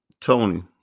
Tony